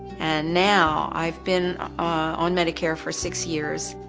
and now, i've been on medicare for six years,